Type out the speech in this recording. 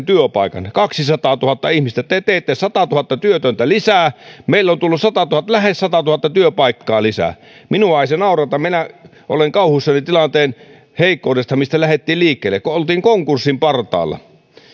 työpaikan kaksisataatuhatta ihmistä te teitte satatuhatta työtöntä lisää meillä on tullut lähes satatuhatta työpaikkaa lisää minua ei se naurata minä olen kauhuissani siitä tilanteen heikkoudesta mistä lähdettiin liikkeelle kun oltiin konkurssin partaalla